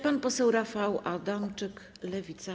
Pan poseł Rafał Adamczyk, Lewica.